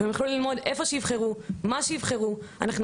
ויוכלו ללמוד מה שיבחרו ואיפה שיבחרו.